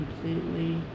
completely